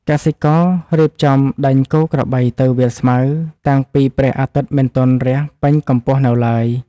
កសិកររៀបចំដេញគោក្របីទៅវាលស្មៅ តាំងពីព្រះអាទិត្យមិនទាន់រះពេញកម្ពស់នៅឡើយ។